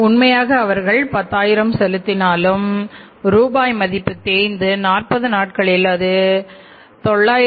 உண்மையாக அவர்கள்10000 செலுத்தினாலும் ரூபாய் மதிப்பு தேய்ந்து 40 நாட்களில் அது 9838